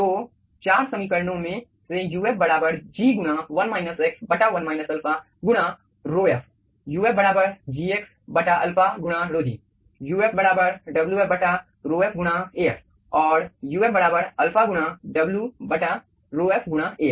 तो 4 समीकरणों में से uf G गुणा बटा 1 अल्फ़ा गुणा rhof uf Gx बटा अल्फा गुणा ρg uf Wfρf गुणा Af और uf अल्फा गुणा Wρf गुणा Af